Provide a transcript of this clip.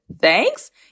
Thanks